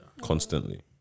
constantly